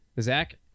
zach